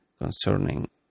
concerning